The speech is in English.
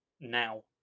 now